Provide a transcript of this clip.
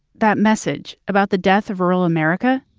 that message about the death of rural america.